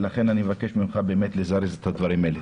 ולכן אני מבקש ממך באמת לזרז את הדברים האלה.